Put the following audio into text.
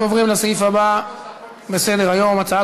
אנחנו עוברים לסעיף הבא בסדר-היום: הצעת